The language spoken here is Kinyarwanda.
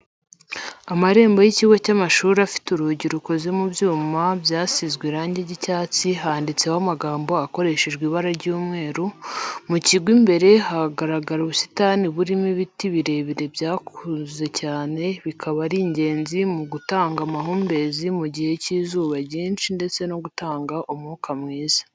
Amarembo y'ikigo cy'amashuri afite urugi rukoze mu byuma byasizwe irangi ry'icyatsi handitseho amagambo akoreshejwe ibara ry'umweru, mu kigo imbere hagaragara ubusitani burimo n'ibiti birebire byakuze cyane bikaba ari ingenzi mu gutanga amahumbezi mu gihe cy'izuba ryinshi ndetse no gutanga umwuka mwiza.